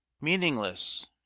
meaningless